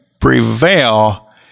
prevail